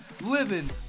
living